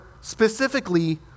specifically